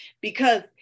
Because-